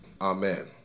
Amen